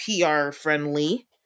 PR-friendly